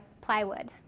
plywood